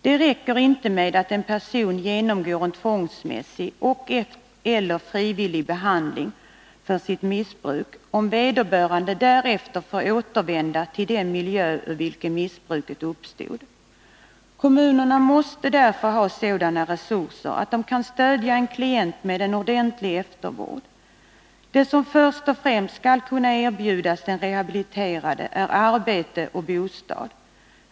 Det räcker inte med att en person genomgår en tvångsmässig och/eller frivillig behandling med anledning av sitt missbruk, om vederbörande därefter får återvända till. den miljö där missbruket uppstod. Kommunerna måste därför ha sådana resurser att de kan stödja en klient med en ordentlig eftervård. Det som först och främst skall kunna erbjudas den rehabiliterade är arbete och bostad.